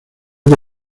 que